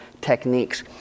techniques